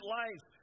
life